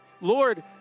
Lord